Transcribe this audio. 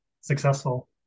successful